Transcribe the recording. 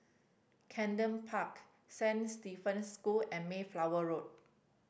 Camden Park Saint Stephen's School and Mayflower Road